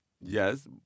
Yes